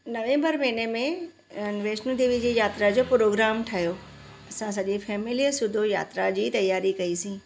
नवेम्बर महीने में वैष्णो देवी यात्रा जो प्रोग्राम ठहियो असां सॼे फैमिलीअ सूधो यात्रा जी तयारी कईसीं